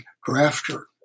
grafter